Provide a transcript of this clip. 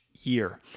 year